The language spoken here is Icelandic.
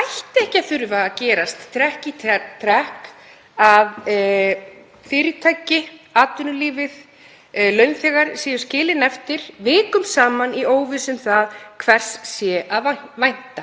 ætti ekki að þurfa að gerast trekk í trekk að fyrirtæki, atvinnulífið, launþegar, séu skilin eftir vikum saman í óvissu um það hvers sé að vænta.